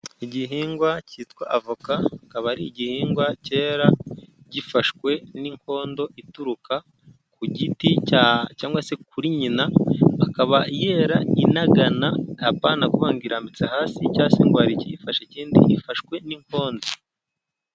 Igihingwa cyitwa avoka, kikaba ari igihingwa cyera gifashwe n'inkondo ituruka ku giti cyangwag se kuri nyina, akaba yera inagana, apana kuvuga ngo irajya hasi cyangwa se ngo hari ikiyifashe kindi, ifashwe n'inkondo.